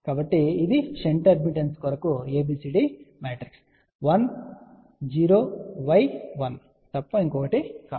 కాబట్టి ఇది shunt admittance కొరకు ABCD మ్యాట్రిక్స్ ఇది తప్ప మరొకటి కాదు